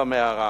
במערה.